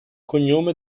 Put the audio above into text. cognome